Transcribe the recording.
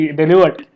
delivered